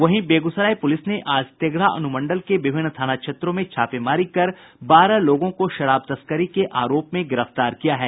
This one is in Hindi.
वहीं बेगूसराय पुलिस ने आज तेघड़ा अनुमंडल के विभिन्न थाना क्षेत्रों में छापेमारी कर बारह लोगों को शराब तस्करी के आरोप में गिरफ्तार किया है